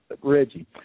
Reggie